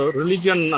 religion